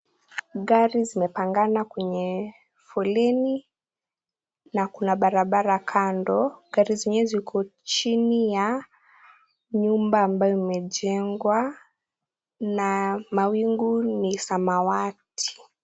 Gari zimepangana kwenye foleni na kuna barabara kando. Gari zingine ziko chini ya nyumba ambayo imejengwa na mawingu ni samawati.